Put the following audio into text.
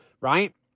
right